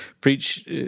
preach